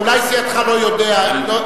אולי סיעתך לא יודעת.